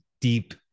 deep